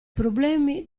problemi